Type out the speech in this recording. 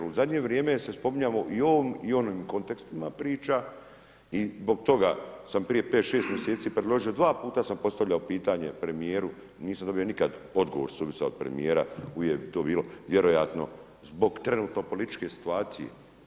U zadnje se vrijeme se spominjao i on i u onim kontekstima priča i zbog toga sam prije 5, 6 mj. predložio, dva puta sam postavljao pitanje premijeru, nisam dobio nikad odgovor suvisao od premijer, uvijek je to bilo vjerojatno, zbog trenutno političke situacije.